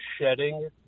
shedding